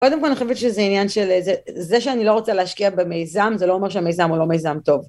קודם כל אני חושבת שזה עניין של אה, זה... זה שאני לא רוצה להשקיע במיזם זה לא אומר שהמיזם הוא לא מיזם טוב.